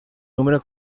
número